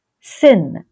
sin